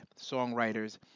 songwriters